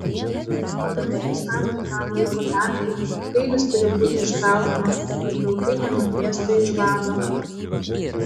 praėjus tam tikram laiko tarpui peilis turi būti ištraukiamas kad vilkai nenudvėstų iš bado